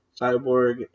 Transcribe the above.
cyborg